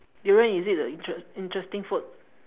durian is it a interest~ interesting food